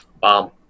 bomb